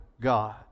God